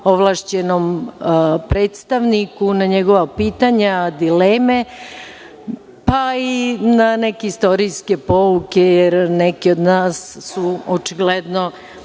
ovlašćenom predstavniku na njegova pitanja, dileme, pa i na neke istorijske pouke, jer su neki od nas očigledno